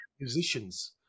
musicians